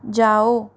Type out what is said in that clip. जाओ